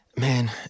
Man